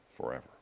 Forever